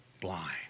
blind